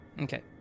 Okay